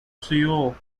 seoul